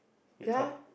ya